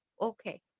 Okay